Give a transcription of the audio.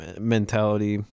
mentality